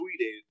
tweeted